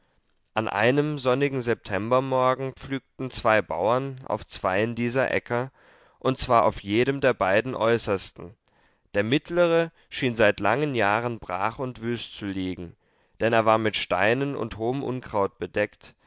an einem sonnigen septembermorgen pflügten zwei bauern auf zweien dieser äcker und zwar auf jedem der beiden äußersten der mittlere schien seit langen jahren brach und wüst zu liegen denn er war mit steinen und hohem unkraut bedeckt